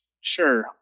Sure